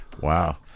wow